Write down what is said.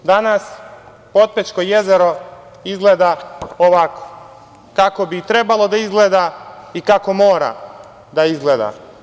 Danas Potpećko jezero izgleda ovako, kako bi trebalo da izgleda, kako mora da izgleda.